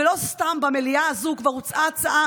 ולא סתם במליאה הזו כבר הוצעה הצעה